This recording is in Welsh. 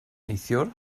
neithiwr